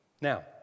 Now